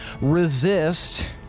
resist